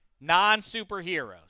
non-superheroes